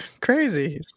Crazy